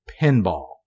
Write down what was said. pinball